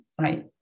right